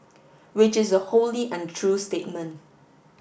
which is a wholly untrue statement